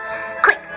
Quick